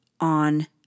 on